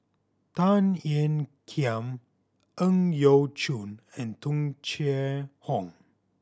Tan Ean Kiam Ang Yau Choon and Tung Chye Hong